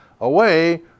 away